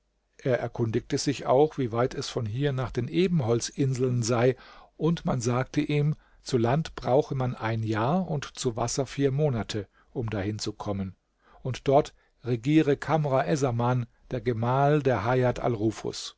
er erkundigte sich auch wie weit es von hier nach den ebenholzinseln sei und man sagte ihm zu land brauche man ein jahr und zu wasser vier monate um dahin zu kommen und dort regiere kamr essaman der gemahl der